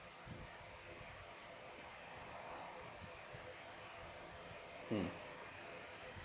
mm